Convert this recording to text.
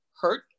hurt